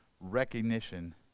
recognition